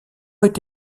est